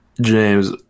James